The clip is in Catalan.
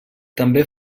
també